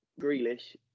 Grealish